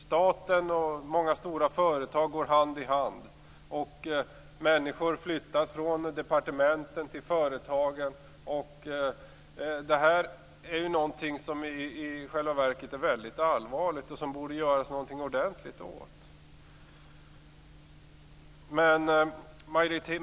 Staten och många stora företag går hand i hand. Människor flyttas från departement till företag. Det här är någonting som i själva verket är väldigt allvarligt och som det borde göras något ordentligt åt.